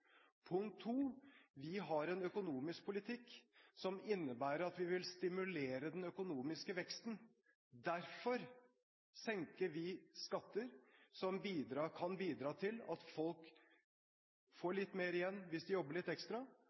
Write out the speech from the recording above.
punkt nr. 1. Punkt nr. 2: Vi har en økonomisk politikk som innebærer at vi vil stimulere den økonomiske veksten, og derfor senker vi skatter, som kan bidra til at folk får litt mer igjen hvis de jobber litt ekstra,